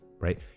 right